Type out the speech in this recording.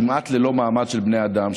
כמעט ללא מעמד של בני אדם,